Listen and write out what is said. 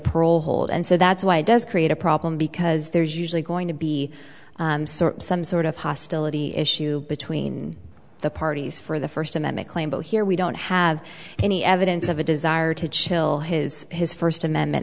parole and so that's why does create a problem because there's usually going to be some sort of hostility issue between the parties for the first amendment claim but here we don't have any evidence of a desire to chill his his first amendment